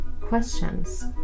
Questions